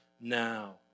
now